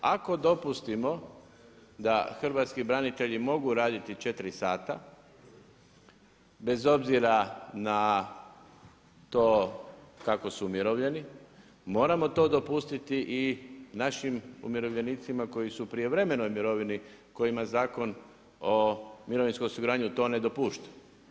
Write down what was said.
Ako dopustimo da hrvatski branitelji mogu raditi 4 sata bez obzira na to kako su umirovljeni moramo to dopustiti i našim umirovljenicima koji su u prijevremenoj mirovini kojima Zakona o mirovinskom osiguranju to ne dopušta.